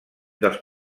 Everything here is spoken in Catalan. dels